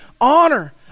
honor